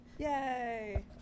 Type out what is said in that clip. Yay